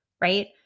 right